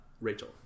Rachel